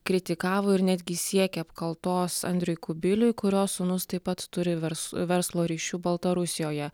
kritikavo ir netgi siekė apkaltos andriui kubiliui kurio sūnus taip pat turi vers verslo ryšių baltarusijoje